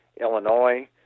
Illinois